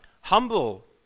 Humble